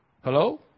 Hello